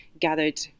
gathered